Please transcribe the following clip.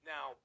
Now